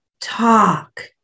talk